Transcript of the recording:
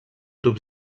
tub